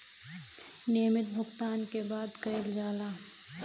नियमित भुगतान के बात कइल जाला